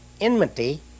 enmity